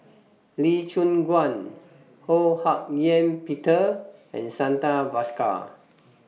Lee Choon Guan Ho Hak Ean Peter and Santha Bhaskar